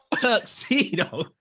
tuxedo